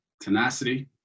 tenacity